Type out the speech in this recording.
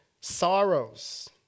sorrows